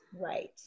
Right